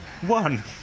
one